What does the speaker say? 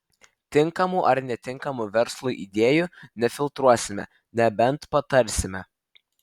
tinkamų ar netinkamų verslui idėjų nefiltruosime nebent patarsime